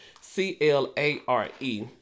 C-L-A-R-E